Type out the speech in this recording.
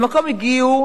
למקום הגיעו